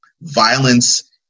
violence